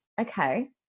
okay